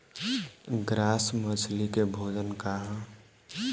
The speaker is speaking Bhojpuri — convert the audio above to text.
ग्रास मछली के भोजन का ह?